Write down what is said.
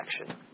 action